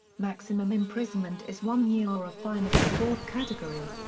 maximum imprisonment is one year or a fine of the fourth category.